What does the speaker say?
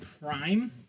prime